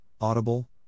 Audible